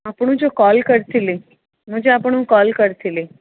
ଆପଣ ଯୋଉ କଲ୍ କରିଥିଲି ମୁଁ ଯୋଉ ଆପଣଙ୍କୁ କଲ୍ କରିଥିଲି